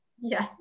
Yes